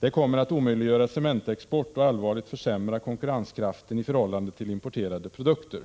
Det kommer att omöjliggöra cementexport och allvarligt försämra konkurrenskraften i förhållande till importerade produkter.